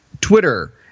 Twitter